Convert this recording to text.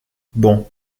bon